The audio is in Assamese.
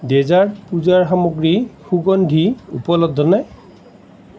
ডেজাৰ্ট পূজাৰ সামগ্ৰী সুগন্ধি উপলব্ধ নে